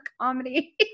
comedy